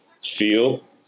feel